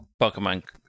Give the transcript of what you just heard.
Pokemon